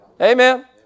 Amen